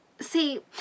See